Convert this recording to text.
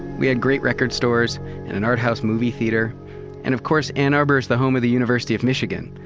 we had great record stores and an art house movie theater and of course, ann arbor is the home of the university of michigan.